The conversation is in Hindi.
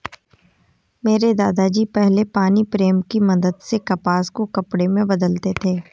मेरे दादा जी पहले पानी प्रेम की मदद से कपास को कपड़े में बदलते थे